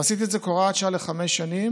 ועשיתי את זה כהוראת שעה לחמש שנים,